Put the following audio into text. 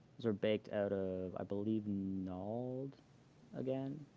were baked out of, i believe, knald again.